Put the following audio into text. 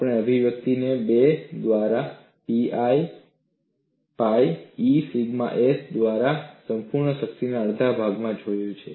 આપણે અભિવ્યક્તિને 2 દ્વારા pi E gamma s દ્વારા સંપૂર્ણ શક્તિ અડધા ભાગમાં જોયા છે